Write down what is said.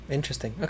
Interesting